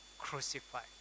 crucified